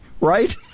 right